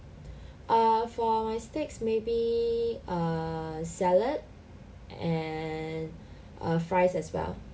uh for my steak maybe err salad and err fries as well